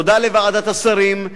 תודה לוועדת השרים,